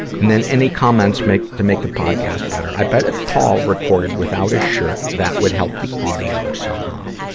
and then, any comments to make, to make the podcast better? i bet if paul recorded without a shirt that would help the audio somehow.